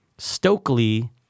Stokely